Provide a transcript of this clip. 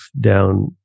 down